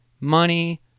money